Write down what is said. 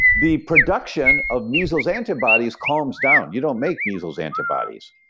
the production of measles antibodies calms down. you don't make measles antibodies,